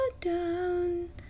down